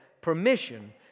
permission